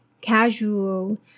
casual